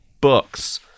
books